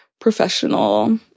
professional